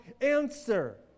answer